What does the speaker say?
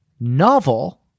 novel